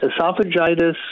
Esophagitis